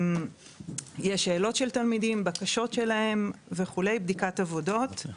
יש שאלות של תלמידים, בקשות שלהם, בדיקת עבודות.